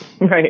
Right